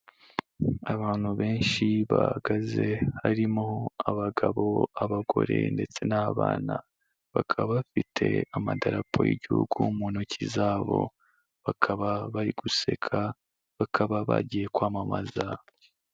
Abantu benshi bahagaze harimo abagabo, abagore, ndetse n'abana. Bakaba bafite amadarapo y'Igihugu mu ntoki zabo, bakaba bariguseka. Bakaba bagiye kwamamaza.